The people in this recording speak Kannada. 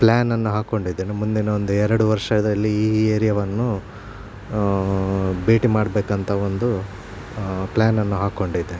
ಪ್ಲ್ಯಾನನ್ನು ಹಾಕ್ಕೊಂಡಿದ್ದೇನೆ ಮುಂದಿನ ಒಂದೆರಡು ವರ್ಷದಲ್ಲಿ ಈ ಏರಿಯಾವನ್ನು ಭೇಟಿ ಮಾಡಬೇಕಂತ ಒಂದು ಪ್ಲ್ಯಾನನ್ನು ಹಾಕೊಂಡಿದ್ದೇನೆ